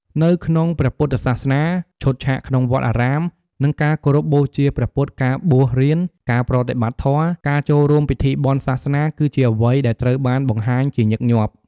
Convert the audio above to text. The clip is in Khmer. នៅក្នុងព្រះពុទ្ធសាសនា ឈុតឆាកក្នុងវត្តអារាម នឹងការគោរពបូជាព្រះពុទ្ធ ការបួសរៀន ការប្រតិបត្តិធម៌ ការចូលរួមពិធីបុណ្យសាសនា គឺជាអ្វីដែលត្រូវបានបង្ហាញជាញឹកញាប់។